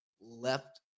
left